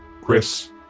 Chris